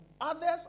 others